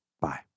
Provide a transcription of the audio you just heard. Bye